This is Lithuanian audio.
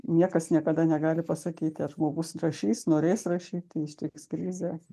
niekas niekada negali pasakyti ar žmogus rašys norės rašyti ištiks krizė